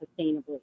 sustainably